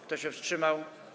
Kto się wstrzymał?